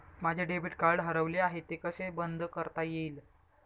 माझे debit card हरवले आहे ते कसे बंद करता येईल?